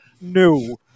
No